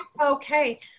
okay